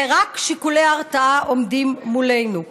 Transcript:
ורק שיקולי הרתעה עומדים מולנו.